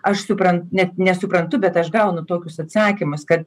aš supran net nesuprantu bet aš gaunu tokius atsakymus kad